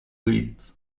weed